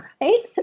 right